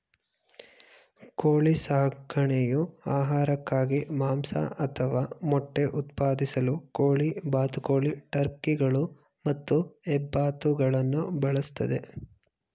ಕೋಳಿ ಸಾಕಣೆಯು ಆಹಾರಕ್ಕಾಗಿ ಮಾಂಸ ಅಥವಾ ಮೊಟ್ಟೆ ಉತ್ಪಾದಿಸಲು ಕೋಳಿ ಬಾತುಕೋಳಿ ಟರ್ಕಿಗಳು ಮತ್ತು ಹೆಬ್ಬಾತುಗಳನ್ನು ಬೆಳೆಸ್ತದೆ